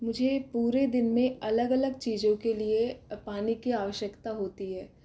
मुझे पूरे दिन में अलग अलग चीज़ों के लिए पानी की आवश्यकता होती है